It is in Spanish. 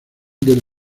del